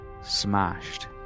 smashed